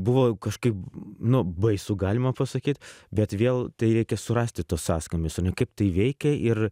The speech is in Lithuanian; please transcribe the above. buvo kažkaip nu baisu galima pasakyt bet vėl tai reikia surasti tuos sąskambius kaip tai veikia ir